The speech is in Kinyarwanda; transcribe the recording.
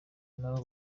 nabo